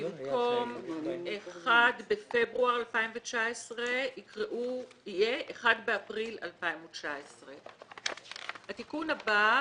במקום 1 בפברואר 2019 יהיה 1 באפריל 2019. התיקון הבא,